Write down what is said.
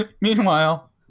Meanwhile